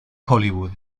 hollywood